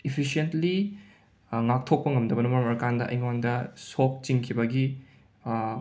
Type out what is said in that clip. efficiently ꯉꯥꯛꯊꯣꯛꯄ ꯉꯝꯗꯕꯅ ꯃꯔꯝ ꯑꯣꯏꯔꯀꯥꯟꯗ ꯑꯩꯉꯣꯟꯗ ꯁꯣꯛ ꯆꯤꯡꯈꯤꯕꯒꯤ